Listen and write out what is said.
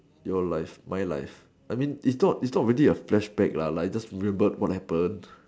your life my life I mean it's not it's not really a flashback lah like just revert what happened